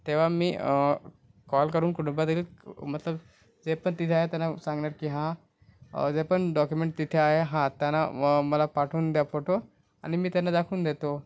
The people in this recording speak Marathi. तेव्हा मी कॉल करून मतलब जे पण तिथे आहे त्यांना सांगणार की हा जे पण डॉक्युमेंट तिथे आहे हा त्यांना म मला पाठवून द्या फोटो आणि मी त्यांना दाखवून देतो